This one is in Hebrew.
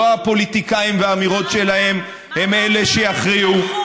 לא הפוליטיקאים והאמירות שלהם הם שיכריעו.